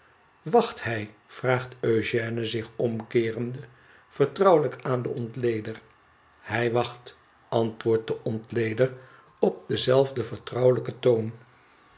wacht hij vraagt eugèoe zich omkeerende vertrouwelijk aan den ontleder hij wacht antwoordt de ontleder op denzelfden vertroujelijken toon